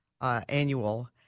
annual